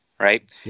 Right